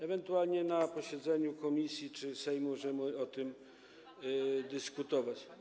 Ewentualnie na posiedzeniu komisji czy Sejmu możemy o tym dyskutować.